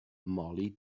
mollie